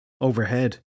Overhead